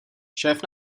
šéf